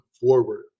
forward